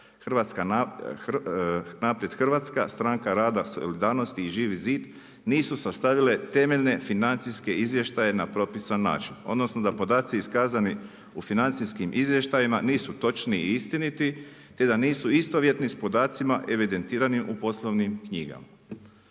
HRAST, Naprijed Hrvatska, Stranka rada i solidarnosti i Živi zid nisu sastavile temeljne financijske izvještaje na propisan način odnosno da podaci iskazani u financijskim izvještajima nisu točni i istiniti te da nisu istovjetni s podacima evidentiranim u poslovnim knjigama.